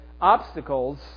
obstacles